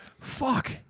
Fuck